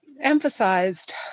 emphasized